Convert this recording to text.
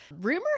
rumor